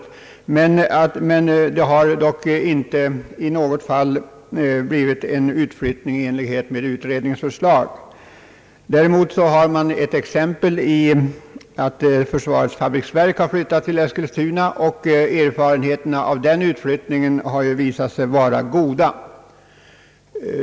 Emellertid har det inte i något fall blivit en utflyttning i enlighet med utredningens förslag. Försvarets fabriksverk flyttade som bekant tidigare till Eskilstuna, och erfarenheterna av den utflyttningen har ju visat sig vara goda.